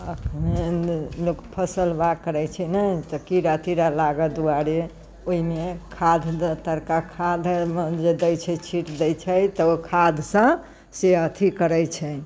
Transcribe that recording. एखने लोक फसल बाग करैत छै ने तऽ कीड़ा तीड़ा लागऽ दुआरे ओहिमे खाद धऽ तरका खाद ओहिमे जे दे छै छीँट दे छै तऽ ओ खादसँ से अथि करैत छै